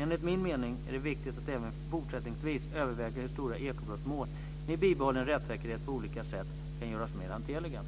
Enligt min mening är det viktigt att även fortsättningsvis överväga hur stora ekobrottsmål med bibehållen rättssäkerhet på olika sätt kan göras mer hanterliga.